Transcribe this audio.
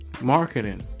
marketing